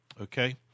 okay